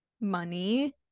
money